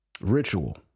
ritual